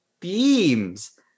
themes